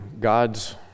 God's